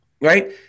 right